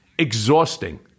exhausting